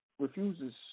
refuses